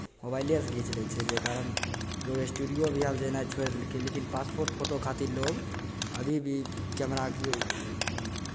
मोबाइलेसँ घीच लै छै जाहि कारण लोक स्टूडियो भी आब जेनाइ छोड़ि देलकै लेकिन पासपोर्ट फोटो खातिर लोक अभी भी कैमराके